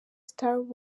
star